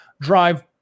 drive